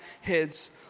heads